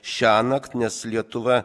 šiąnakt nes lietuva